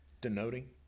denoting